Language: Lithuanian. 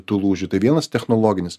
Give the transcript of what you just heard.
tų lūžių tai vienas technologinis